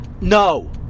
no